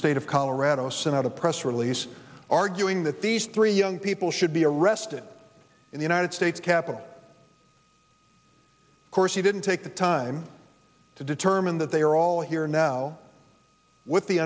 state of colorado sent out a press release arguing that these three young people should be arrested in the united states capitol corsi didn't take the time to determine that they are all here now with the